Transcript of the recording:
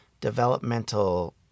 developmental